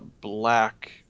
black